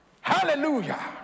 hallelujah